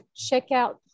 checkout